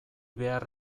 behar